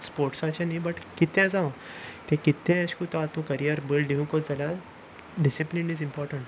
स्पोर्ट्साचें न्हय बट कितें जावं तें कितें अशें करून आतां तूं करियर बिल्ड नीव करता जाल्यार डिसिप्लीन इज इम्पोर्टंट